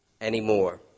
anymore